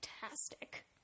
fantastic